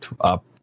up